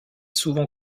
souvent